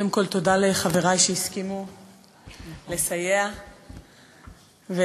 קודם כול, תודה לחברי שהסכימו לסייע ולהתחלף.